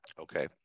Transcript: Okay